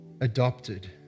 adopted